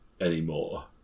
anymore